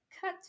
Cut